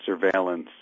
surveillance